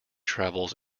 travels